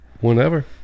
whenever